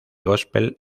gospel